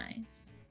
nice